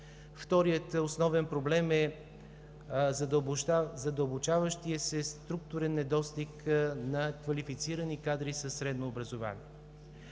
Вторият основен проблем е задълбочаващият се структурен недостиг на квалифицирани кадри със средно образование.